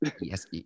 Yes